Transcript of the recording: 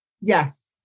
Yes